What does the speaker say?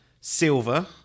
Silver